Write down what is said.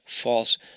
false